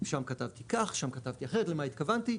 שם כתבתי כך, שם כתבתי אחרת, למה התכוונתי?